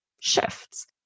shifts